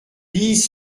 dise